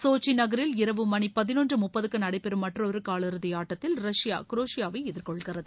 சோச்சி நகரில் இரவு மணி பதினொன்று முப்பதக்கு நடைபெறும் மற்றொரு காலிறுதி ஆட்டத்தில் ரஷ்யா குரோஷியாவை எதிர்கொள்கிறது